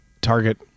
target